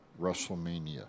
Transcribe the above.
WrestleMania